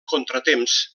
contratemps